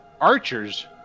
archers